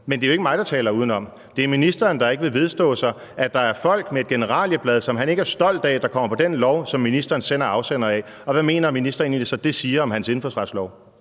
Men det er jo ikke mig, der taler udenom. Det er ministeren, der ikke vil vedstå sig, at der er folk med et generalieblad, som han er ikke er stolt af, der kommer på den lov, som ministeren selv er afsender af. Og hvad mener ministeren egentlig så at det siger om hans indfødsretslov?